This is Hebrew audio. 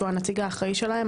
שהוא הנציג האחראי שלהם,